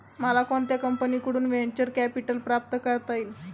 मला कोणत्या कंपनीकडून व्हेंचर कॅपिटल प्राप्त करता येईल?